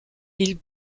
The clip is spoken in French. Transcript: ils